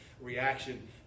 reaction